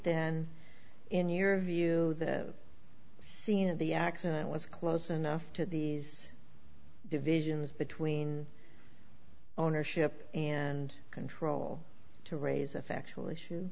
then in your view scene of the accident was close enough to the divisions between ownership and control to raise a factual issue